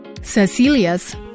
Cecilia's